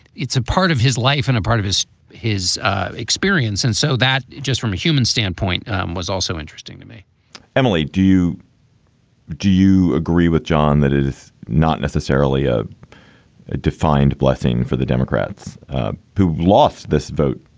it's a part of his life and a part of his his experience. and so that just from a human standpoint was also interesting to me emily, do you do you agree with john that is not necessarily a a defined blessing for the democrats who lost this vote,